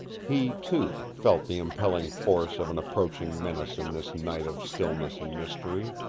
he, too, felt the impelling force of an approaching menace in this night of stillness and mystery,